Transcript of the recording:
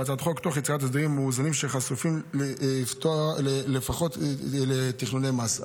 בהצעת החוק תוך יצירת הסדרים מאוזנים שחשופים לפחות תכנוני מס.